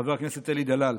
חבר הכנסת אלי דלל,